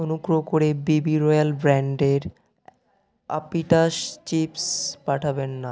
অনুগ্রহ করে BB Royal ব্র্যাণ্ডের আপিটাস চিপ্স পাঠাবেন না